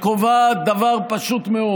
וקובעת דבר פשוט מאוד: